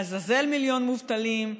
לעזאזל מיליון מובטלים.